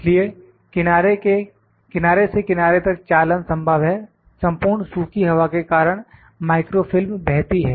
इसलिए किनारे से किनारे तक चालन संभव है संपूर्ण सूखी हवा के कारण माइक्रोफिल्म बहती है